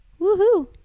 Woohoo